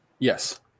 Yes